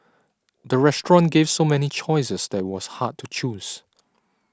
the restaurant gave so many choices that was hard to choose